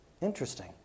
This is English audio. Interesting